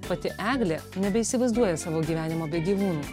pati eglė nebeįsivaizduoja savo gyvenimo be gyvūnų